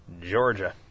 Georgia